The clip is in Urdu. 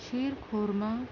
شیر خورمہ